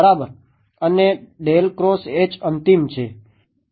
અને અંતિમ છે